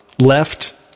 Left